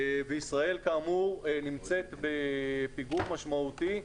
ישראל, כאמור, נמצאת בפיגור משמעותי.